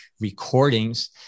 recordings